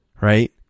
right